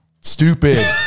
stupid